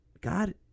God